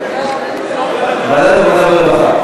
ועדת העבודה והרווחה.